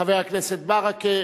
חבר הכנסת ברכה.